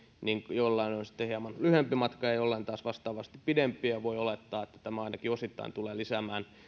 jollain on sitten hieman lyhyempi matka ja jollain taas vastaavasti pidempi ja voi olettaa että tämä ainakin osittain tulee lisäämään